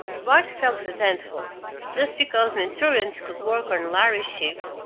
bart felt resentful just because mentorians could work on lhari ships,